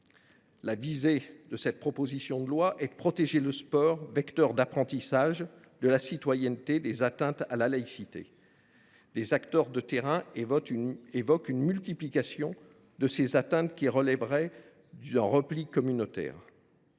légitime. Cette proposition de loi vise à protéger le sport, vecteur d’apprentissage de la citoyenneté, des atteintes à la laïcité. Des acteurs de terrain évoquent l’accroissement du nombre de telles atteintes, qui relèveraient d’un repli communautaire.